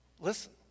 listen